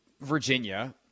Virginia